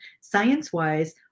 science-wise